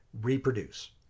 reproduce